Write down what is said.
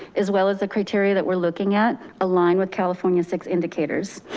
as well as the criteria that we're looking at align with california's six indicators.